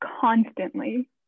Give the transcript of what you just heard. constantly